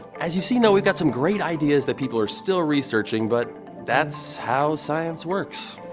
as you've seen we've got some great ideas that people are still researching, but that's how science works!